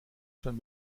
schon